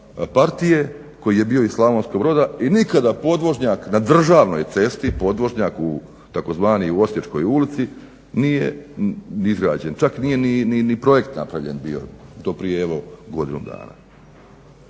partije koji je bio iz Slavonskog Broda i nikada podvožnjak na državnoj cesti, podvožnjak tzv. u Osječkoj ulici nije izgrađen, čak nije ni projekt napravljen bio do prije godinu dana.